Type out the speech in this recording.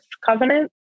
covenant